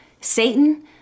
Satan